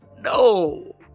no